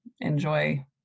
enjoy